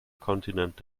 kontinent